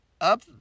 up